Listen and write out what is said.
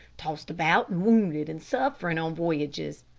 tossed about and wounded and suffering on voyages.